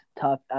tough